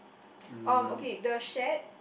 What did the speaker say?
um okay the shed